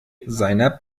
seiner